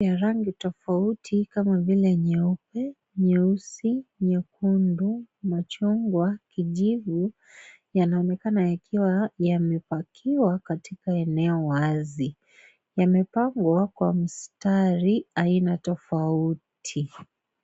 Magari ya rangi tofauti kama vile nyeupe, nyeusi, nyekundu, machungwa, kijivu yanaonekana yakiwa yamepakiwa katika eneo wazi. Yamepangwa kwa mstari aina tofauti.